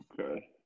Okay